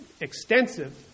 extensive